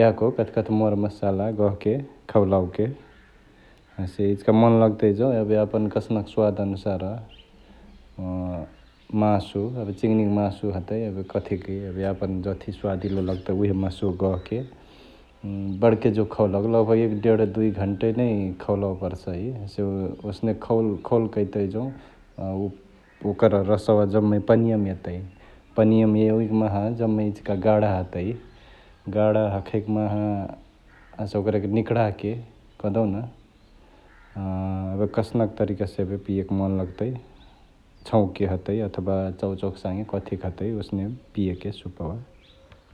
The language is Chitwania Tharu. याको कथिकथी मरमसला गहके खौलाओके । हसे इचिका मन लगतै जौं एबे यापन कसनक स्वाद अनुसार मासु एबे चिङ्निक मासु हतै एबे कथिकी एबे यापन जथी स्वदिलो लगतई उहे मासुवा गहके बडके जुग खौलाओके लगभाग एक ढेण दुइ घण्टानै खौलावे परसई । हसे ओसने खौल खौल करतई जौं ओकर रसवा जम्मे पनियामा एतई । पनियाम एवैक माहा जम्मा इचिका गाढा हतई । गाढा हखैक माहा हसे ओकरेके निकडाके कहदेउन् एबे कसनक तरिकासे एबे पियके मन लगतई छौंकके हतई अथबा चौचौक सांगे कथिक हतई ओसने पियके सूपवा ।